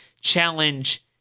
challenge